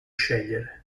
scegliere